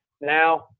Now